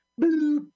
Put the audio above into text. Boop